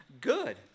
good